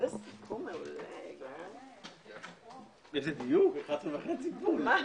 הישיבה ננעלה בשעה 11:31.